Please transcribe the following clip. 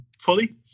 fully